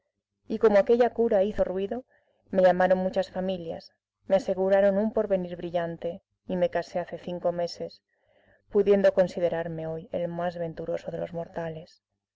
y como aquella cura hizo ruido me llamaron muchas familias me aseguraron un porvenir brillante y me casé hace cinco meses pudiendo considerarme hoy el más venturoso de los mortales